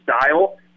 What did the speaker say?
style